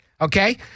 okay